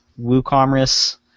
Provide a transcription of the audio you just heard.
WooCommerce